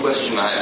question